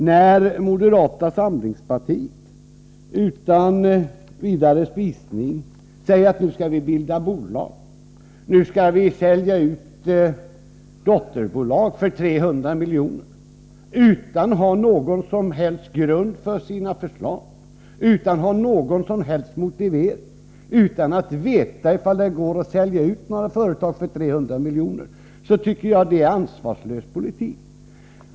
När moderata samlingspartiet utan vidare säger att nu skall vi bilda bolag, nu skall vi sälja ut dotterbolag för 300 milj.kr., utan att ha någon som helst grund för sina förslag, utan att ha någon som helst motivering, utan att veta ifall det går att sälja ut några företag för 300 miljoner tycker jag att det är ansvarslös politik.